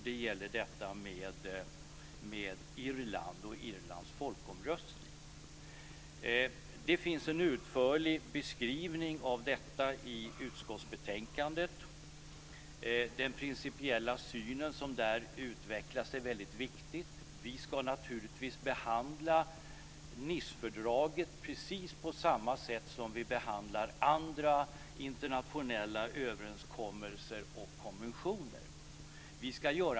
Det gäller Irland och Irlands folkomröstning. Det finns en utförlig beskrivning av detta i utskottsbetänkandet. Den principiella syn som där utvecklas är väldigt viktig. Vi ska naturligtvis behandla Nicefördraget precis på samma sätt som vi behandlar andra internationella överenskommelser och konventioner.